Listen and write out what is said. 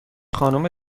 خانم